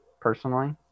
personally